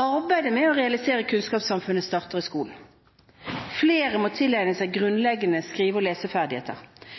Arbeidet med å realisere kunnskapssamfunnet starter i skolen. Flere må tilegne seg grunnleggende skrive- og